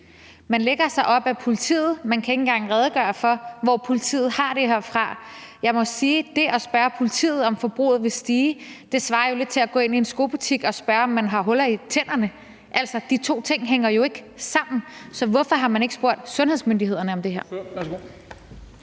Man lægger sig op ad politiet, men man kan ikke engang redegøre for, hvor politiet har det her fra. Jeg må sige, at det at spørge politiet, om forbruget vil stige, svarer lidt til at gå ind i en skobutik og spørge, om man har huller i tænderne. Altså, de to ting hænger jo ikke sammen, så hvorfor har man ikke spurgt sundhedsmyndighederne om det her?